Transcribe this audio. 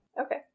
Okay